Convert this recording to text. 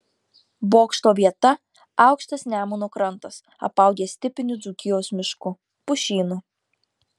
bokšto vieta aukštas nemuno krantas apaugęs tipiniu dzūkijos mišku pušynu